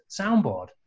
soundboard